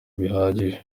bihagije